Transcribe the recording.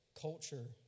culture